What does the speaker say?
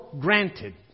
granted